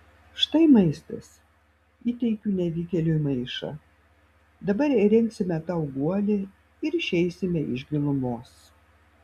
štai maistas įteikiu nevykėliui maišą dabar įrengsime tau guolį ir išeisime iš gilumos